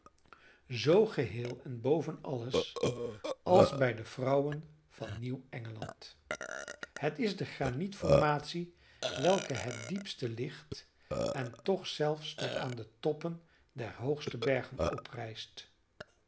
zoo geheel en boven alles als bij de vrouwen van nieuw engeland het is de granietformatie welke het diepste ligt en toch zelfs tot aan de toppen der hoogste bergen oprijst